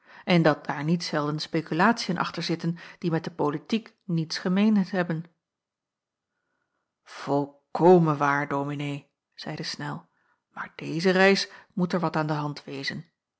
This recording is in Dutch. en dat daar niet zelden spekulatiën achter zitten die met de politiek niets gemeens hebben volkomen waar dominee zeide snel maar deze reis moet er wat aan de hand wezen